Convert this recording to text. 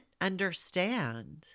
understand